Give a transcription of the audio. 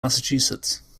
massachusetts